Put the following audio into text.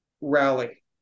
rally